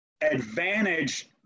advantage